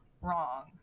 wrong